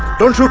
don't